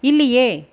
இல்லையே